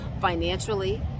financially